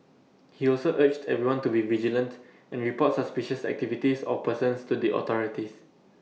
he also urged everyone to be vigilant and report suspicious activities or persons to the authorities